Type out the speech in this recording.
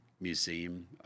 Museum